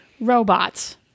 Robots